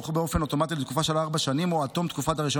יוארכו באופן אוטומטי לתקופה של ארבע שנים או עד תום תקופת הרישיון,